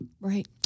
Right